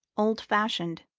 old-fashioned,